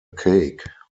cake